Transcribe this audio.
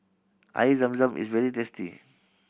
Air Zam Zam is very tasty